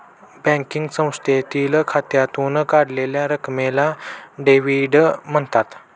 banking संस्थेतील खात्यातून काढलेल्या रकमेला डेव्हिड म्हणतात